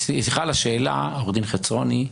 סליחה על השאלה, עורך דין חצרוני.